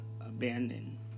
abandoned